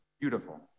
beautiful